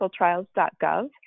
clinicaltrials.gov